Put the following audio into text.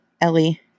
Ellie